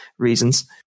Reasons